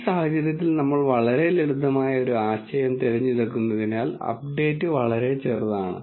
ഈ സാഹചര്യത്തിൽ നമ്മൾ വളരെ ലളിതമായ ഒരു ഉദാഹരണം തിരഞ്ഞെടുത്തതിനാൽ അപ്ഡേറ്റ് വളരെ ചെറുതാണ്